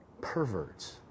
perverts